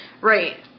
right